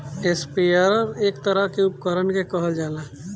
sprayer एक तरह के उपकरण के कहल जाला